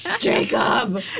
Jacob